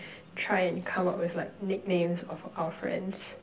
try and come out with like nicknames of our friends